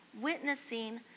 witnessing